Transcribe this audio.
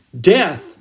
death